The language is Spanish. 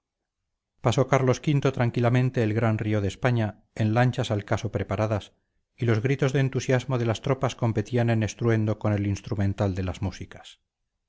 pasó carlos v tranquilamente el gran río de españa en lanchas al caso preparadas y los gritos de entusiasmo de las tropas competían en estruendo con el instrumental de las músicas